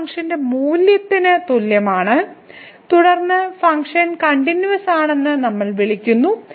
ആ ഫംഗ്ഷന്റെ മൂല്യത്തിന് തുല്യമാണ് തുടർന്ന് ഫംഗ്ഷൻ കണ്ടിന്യൂവസാണെന്ന് നമ്മൾ വിളിക്കുന്നു